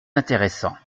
intéressant